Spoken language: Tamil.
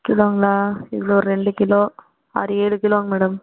கிலோங்களா இதில் ஒரு ரெண்டு கிலோ ஆறு ஏழு கிலோங்க மேடம்